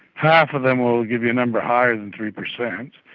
half of them will give you a number higher than three percent,